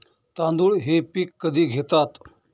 तांदूळ हे पीक कधी घेतात?